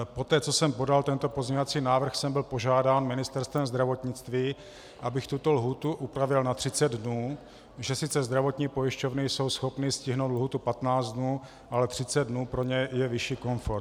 Poté co jsem podal tento pozměňovací návrh, jsem byl požádán Ministerstvem zdravotnictví, abych tuto lhůtu upravil na 30 dnů, že sice zdravotní pojišťovny jsou schopny stihnout lhůtu 15 dnů, ale 30 dnů pro ně je vyšší komfort.